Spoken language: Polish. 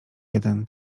jeden